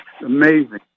amazing